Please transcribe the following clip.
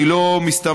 אני לא מסתמך,